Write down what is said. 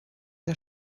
der